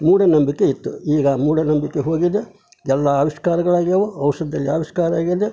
ಮೂಢನಂಬಿಕೆ ಇತ್ತು ಈಗ ಆ ಮೂಢನಂಬಿಕೆ ಹೋಗಿದೆ ಎಲ್ಲ ಆವಿಷ್ಕಾರಗಳಾಗ್ಯಾವು ಔಷಧದಲ್ಲಿ ಆವಿಷ್ಕಾರ ಆಗಿದೆ